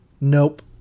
nope